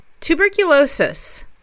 Tuberculosis